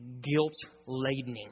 guilt-ladening